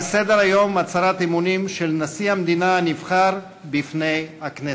על סדר-היום: הצהרת אמונים של נשיא המדינה הנבחר בפני הכנסת.